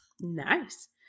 Nice